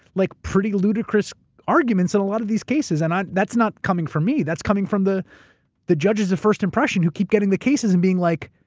like pretty ludicrous arguments in a lot of these cases, and um that's not coming from me. that's coming from the the judge's first impression who keep getting the cases and being like.